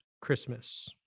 Christmas